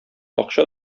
акча